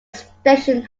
station